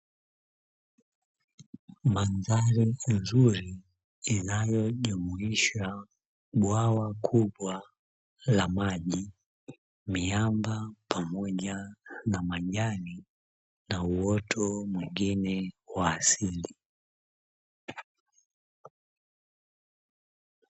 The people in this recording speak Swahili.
Mandhari nzuri inayojumuisha bwawa kubwa la maji miamba pamoja na majani na uoto mwingine wa asili.